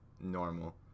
normal